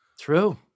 True